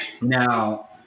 now